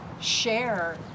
share